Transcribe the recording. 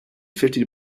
fifty